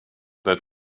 that